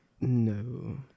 No